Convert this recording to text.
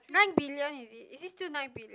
nine billion is it is it still nine billion